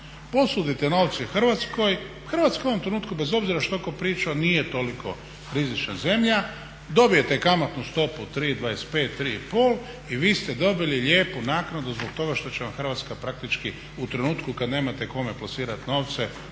posudite novce Hrvatskoj, Hrvatska u ovom trenutku bez obzira što tko pričao nije toliko rizična zemlja. Dobijete kamatnu stopu 3,25, 3 i pol i vi ste dobili lijepu naknadu zbog toga što će vam Hrvatska praktički u trenutku kad nemate kome plasirati novce